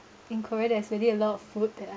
in korea there's already a lot of food that I